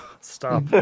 stop